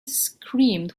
screamed